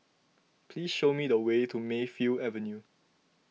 please show me the way to Mayfield Avenue